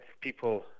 people